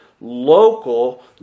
local